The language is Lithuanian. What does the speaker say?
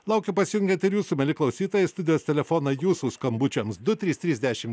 laukiu pasijungiant ir jūsų mieli klausytojai studijos telefonai jūsų skambučiams du trys trys dšimt